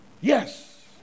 Yes